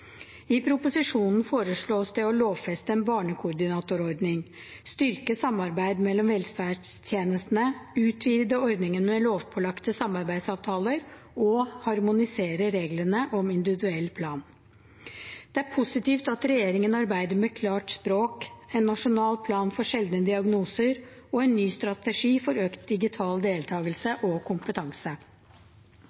I proposisjonen foreslås det å lovfeste en barnekoordinatorordning, styrke samarbeidet mellom velferdstjenestene, utvide ordningen med lovpålagte samarbeidsavtaler og harmonisere reglene om individuell plan. Det er positivt at regjeringen arbeider med klart språk, en nasjonal plan for sjeldne diagnoser og en ny strategi for økt digital deltakelse